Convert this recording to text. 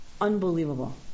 unbelievable